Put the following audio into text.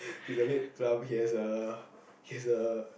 he's a bit plump he has a he has a